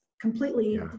completely